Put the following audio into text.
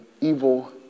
evil